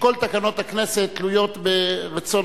שכל תקנות הכנסת תלויות ברצון